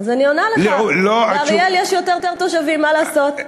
אז אני עונה לך, באריאל יש יותר תושבים, מה לעשות.